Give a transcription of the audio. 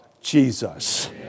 Jesus